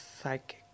psychic